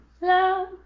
Love